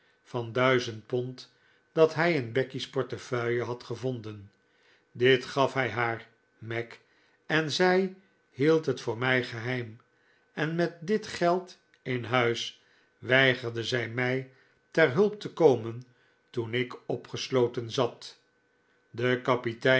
van duizend pond dat hij in becky's portefeuille had gevonden dit gaf hij haar mac en zij hield het voor mij geheim en met dit geld in huis weigerde zij mij ter hulp te komen toen ik opgesloten zat de kapitein